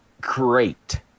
great